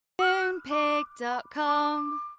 Moonpig.com